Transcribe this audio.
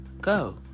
go